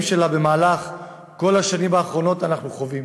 שלה במהלך כל השנים האחרונות אנחנו חווים.